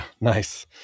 nice